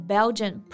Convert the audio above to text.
Belgian